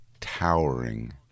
towering